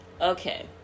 Okay